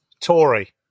Tory